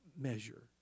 measure